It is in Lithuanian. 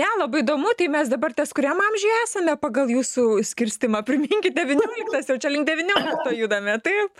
ne labai įdomu tai mes dabar ties kuriam amžiuje esame pagal jūsų skirstymą priminkit devynioliktas jau čia link devyniolikto judame taip